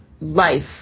life